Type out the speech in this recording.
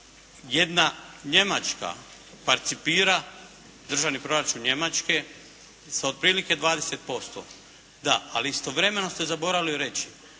jedna Njemačka parcipira državni proračun Njemačke s otprilike 20%. Da, ali istovremeno ste zaboravili reći